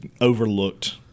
overlooked